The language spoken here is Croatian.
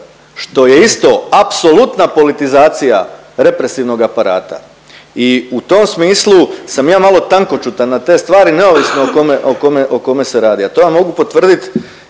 što je isto apsolutna politizacija represivnog aparata. I u tom smislu sam ja malo tankoćutan na te stvari neovisno o kome se radi, a to vam mogu potvrdit